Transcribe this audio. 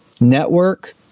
network